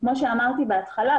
כפי שאמרתי בהתחלה,